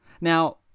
Now